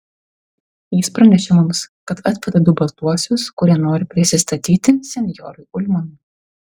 jis pranešė mums kad atveda du baltuosius kurie nori prisistatyti senjorui ulmanui